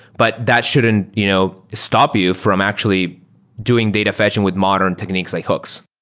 but that shouldn't you know stop you from actually doing data fetching with modern techniques like hooks.